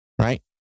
Right